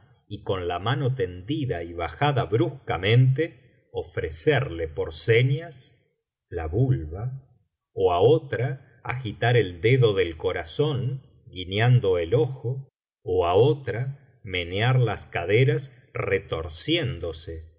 y con la mano tendida y bajada bruscamente ofrecerle por señas la vulva ó á otra agitar el dedo del corazón guiñando el ojo ó á otra menear las caderas retorciéndose